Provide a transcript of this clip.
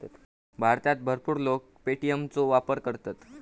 भारतात भरपूर लोक पे.टी.एम चो वापर करतत